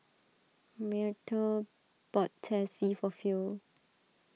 Myrtle bought Teh C for Phil